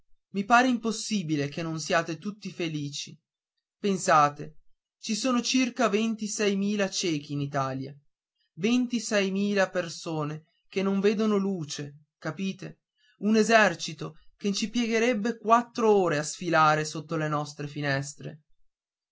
mi pare impossibile che non siate tutti felici pensate ci sono circa ventisei mila ciechi in italia ventisei mila persone che non vedono luce capite un esercito che c'impiegherebbe quattro ore a sfilare sotto le nostre finestre